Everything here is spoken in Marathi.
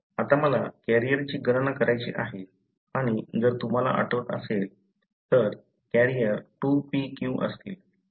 आता मला कॅरियरची गणना करायची आहे आणि जर तुम्हाला आठवत असेल तर कॅरियर 2pq असतील